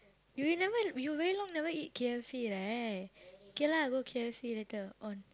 you never you very long never eat K_F_C right okay lah go K_F_C later on